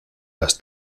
las